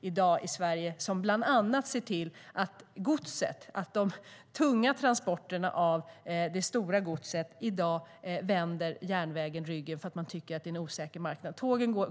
I dag i Sverige vänder de tunga transporterna av gods järnvägen ryggen för att man tycker att det är en osäker marknad.